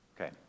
Okay